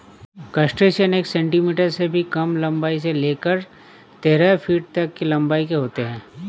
crustacean एक centimetre से भी कम लंबाई से लेकर तेरह फीट तक की लंबाई के होते हैं